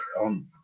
on